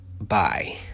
bye